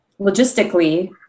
logistically